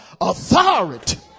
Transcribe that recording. authority